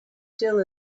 still